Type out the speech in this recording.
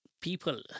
people